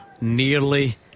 Nearly